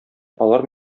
алар